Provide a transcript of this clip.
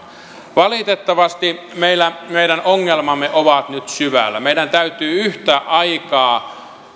valitettavasti meidän ongelmamme ovat nyt syvällä meidän täytyy yhtä aikaa